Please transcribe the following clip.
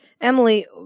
Emily